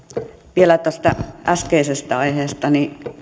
vielä tästä äskeisestä aiheesta